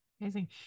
Amazing